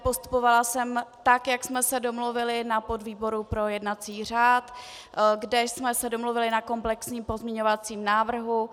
Postupovala jsem tak, jak jsme se dohodli na podvýboru pro jednací řád, kde jsme se domluvili na komplexním pozměňovacím návrhu.